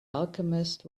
alchemist